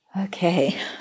Okay